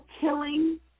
killing